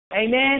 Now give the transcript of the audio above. Amen